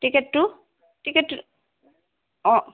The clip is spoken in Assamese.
টিকেটটো টিকেট অঁ